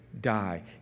Die